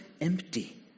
empty